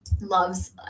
loves